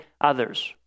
others